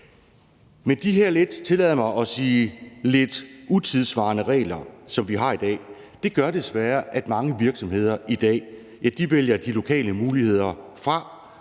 Men de her, tillad mig at sige lidt utidssvarende regler, som vi har i dag, gør desværre, at mange virksomheder i dag vælger de lokale muligheder fra,